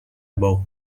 باغ